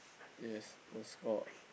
yes the score